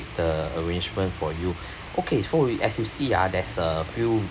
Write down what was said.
the arrangement for you okay so as you see ah there's a few